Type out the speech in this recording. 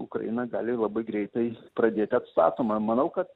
ukraina gali labai greitai pradėt atstatoma manau kad